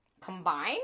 combine